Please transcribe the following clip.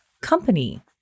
company